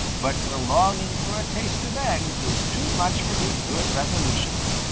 but the longing for a taste of eggs was too much for his good resolutions,